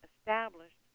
established